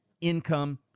income